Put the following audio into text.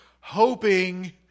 hoping